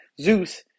Zeus